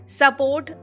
support